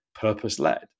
purpose-led